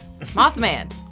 Mothman